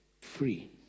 free